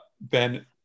Ben